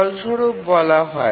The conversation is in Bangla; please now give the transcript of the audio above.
ফলস্বরূপ বলা হয়